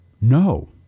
no